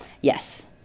Yes